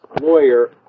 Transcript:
lawyer